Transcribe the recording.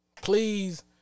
Please